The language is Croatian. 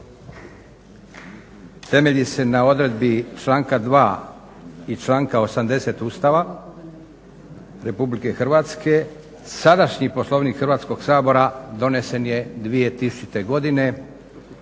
Temelji se na odredbi članka 2. i članka 80. Ustava Republike Hrvatske, sadašnji Poslovnik Hrvatskog sabora donesen je 2000. godine,